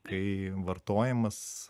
kai vartojimas